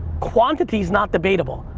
quantity's not debatable.